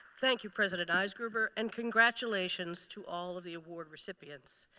thank you, president eisgruber. and congratulations to all of the award recipients.